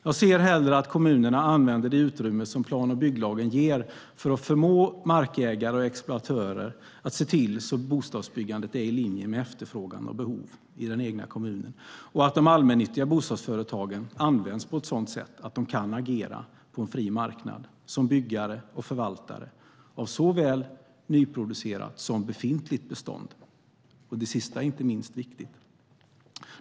Jag ser hellre att kommunerna använder det utrymme som plan och bygglagen ger för att förmå markägare och exploatörer att se till att bostadsbyggandet är i linje med efterfrågan och behovet i den egna kommunen och att de allmännyttiga bostadsföretagen används på sådant sätt att de kan agera på en fri marknad som byggare och förvaltare av såväl nyproducerat som befintligt bestånd - och det sista är inte minst viktigt.